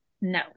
no